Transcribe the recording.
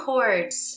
chords